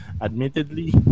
Admittedly